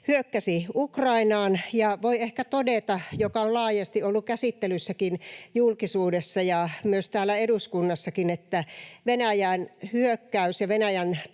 hyökkäsi Ukrainaan. Ja voi ehkä todeta sen, mikä on laajasti ollut käsittelyssäkin julkisuudessa ja myös täällä eduskunnassakin: Venäjän hyökkäys ja Venäjän